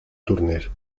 turner